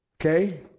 Okay